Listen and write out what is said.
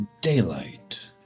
Daylight